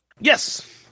Yes